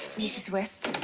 mrs. west.